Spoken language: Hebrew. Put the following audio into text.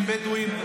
עם בדואים.